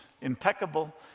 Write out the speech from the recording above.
impeccable